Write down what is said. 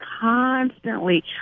constantly